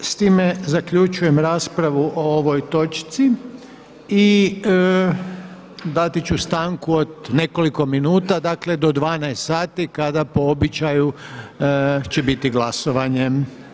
S time zaključujem raspravu o ovoj točci i dati ću stanku od nekoliko minuta, dakle do 12h kada po običaju će biti glasovanje.